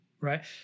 right